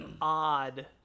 odd